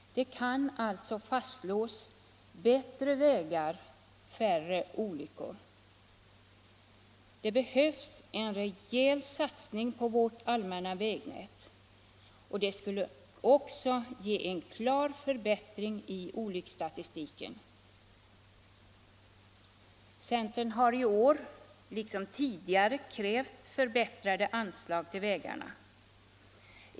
Det kan alltså fastslås: bättre vägar — färre olyckor! Det behövs en rejäl satsning på vårt allmänna vägnät. Den skulle också ge en klar förbättring av olycksstatistiken. Centern har i år liksom tidigare krävt förbättrade anslag till vägarna.